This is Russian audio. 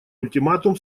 ультиматум